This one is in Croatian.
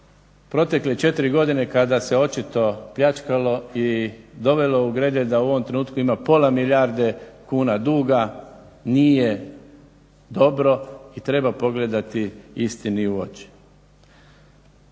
protekle 4 godine kada se očito pljačkalo i dovelo Gredelj da u ovom trenutku ima pola milijarde kuna duga nije dobro i treba pogledati istini u oči.